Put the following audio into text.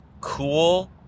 cool